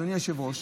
אדוני היושב-ראש,